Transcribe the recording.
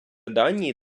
данії